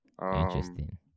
interesting